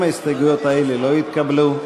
גם ההסתייגויות האלה לא התקבלו.